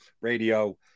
radio